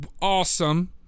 Awesome